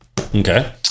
Okay